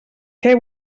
què